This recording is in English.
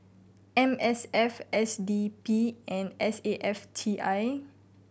M S F S D P and S A F T I